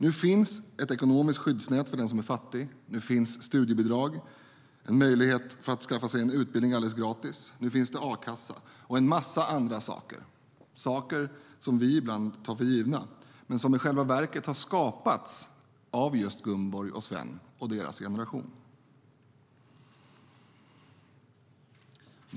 Nu finns ett ekonomiskt skyddsnät för den som är fattig, nu finns studiebidrag, en möjlighet att skaffa sig en utbildning alldeles gratis, nu finns a-kassa och en massa andra saker, saker som vi ibland tar för givna men som i själva verket har skapats av just Gunborg och Sven och deras generation.